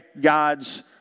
God's